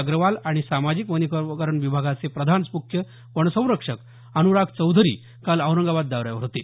अग्रवाल आणि सामाजिक वनीकरण विभागाचे प्रधान मुख्य वनसंरक्षक अनुराग चौधरी काल औरंगाबाद दौऱ्यावर होते